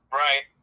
right